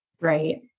Right